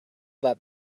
that